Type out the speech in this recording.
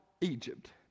Egypt